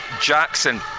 Jackson